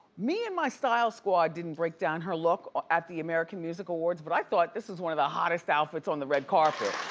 me and my style squad didn't break down her look at the american music awards but i thought this was one of the hottest outfits on the red carpet.